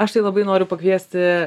aš tai labai noriu pakviesti